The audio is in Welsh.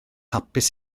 hapus